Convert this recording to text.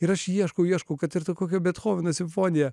ir aš ieškau ieškau kad ir tų kokių bethoveno simfonija